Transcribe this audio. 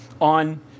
on